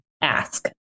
ask